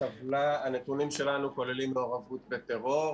הטבלה הנתונים שלנו כוללים מעורבות בטרור.